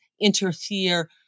interfere